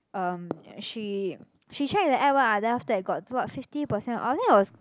um she she checked the app lah then after that got what fifty percent oh I think it was